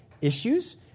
issues